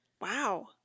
Wow